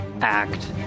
act